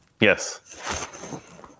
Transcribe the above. Yes